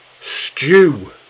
Stew